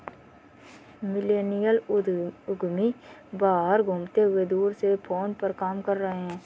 millennial उद्यमी बाहर घूमते हुए दूर से फोन पर काम कर रहे हैं